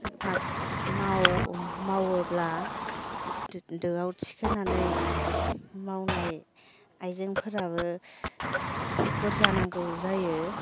माव मावोब्ला दोआव थिखोनानै मावनाय आयजेंफोराबो बुरजानांगौ जायो